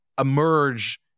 emerge